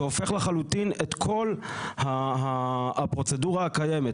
זה הופך לחלוטין את כל הפרוצדורה הקיימת